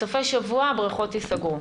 בסופי שבוע הבריכות ייסגרו.